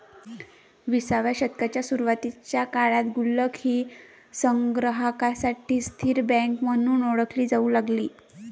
विसाव्या शतकाच्या सुरुवातीच्या काळात गुल्लक ही संग्राहकांसाठी स्थिर बँक म्हणून ओळखली जाऊ लागली